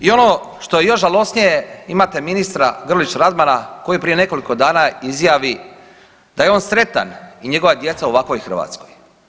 I ono što je još žalosnije imate ministra Grlić Radmana koji prije nekoliko dana izjavi da je on sretan i njegova djeca u ovakvoj Hrvatskoj.